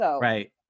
Right